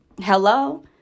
Hello